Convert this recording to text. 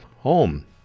home